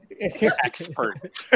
Expert